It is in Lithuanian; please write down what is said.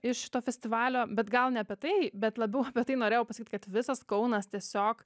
iš šito festivalio bet gal ne apie tai bet labiau apie tai norėjau pasakyt kad visas kaunas tiesiog